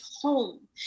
home